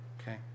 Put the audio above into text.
Okay